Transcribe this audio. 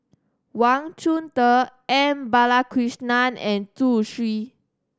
Wang Chunde M Balakrishnan and Zhu Xu